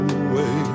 away